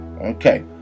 Okay